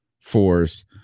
force